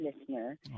listener